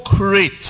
rate